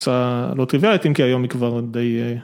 תוצאה לא טריוויאלית אם כי היום היא כבר די.